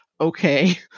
okay